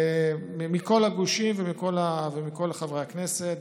מכל הגושים ומכל חברי הכנסת,